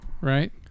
Right